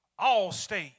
Allstate